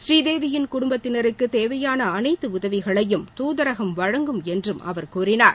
புரீதேவியின் குடும்பத்தினருக்கு தேவையான அனைத்து உதவிகளையும் தூதரகம் வழங்கும் என்றும் அவர் கூறினார்